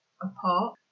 apart